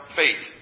faith